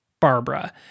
barbara